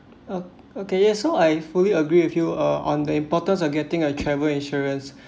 uh okay so I fully agree with you uh on the importance of getting a travel insurance